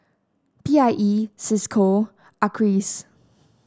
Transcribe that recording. P I E Cisco Acres